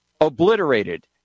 obliterated